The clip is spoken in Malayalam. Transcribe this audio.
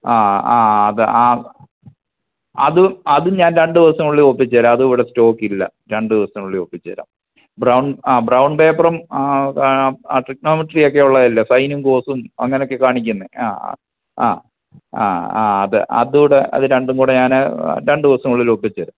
ആ ആ അത് ആ അതും അതും ഞാൻ രണ്ട് ദിവസം ഉള്ളി ഒപ്പിച്ച് തരാം അത് ഇവിടെ സ്റ്റോക്കില്ല രണ്ട് ദിവസത്തിനുള്ളിൽ ഒപ്പിച്ച് തരാം ബ്രൗൺ ആ ബ്രൗൺ പേപ്പറും ആ ട്രിഗാനോമെട്രി ഒക്കെയുള്ളയല്ലേ സൈനും കോസും അങ്ങനൊക്കെ കാണിക്കുന്ന ആ ആ ആ ആ അത് അതൂടെ അത് രണ്ടും കൂടി ഞാൻ രണ്ട് ദിവസത്തിനുള്ളിൽ ഒപ്പിച്ച് തരാം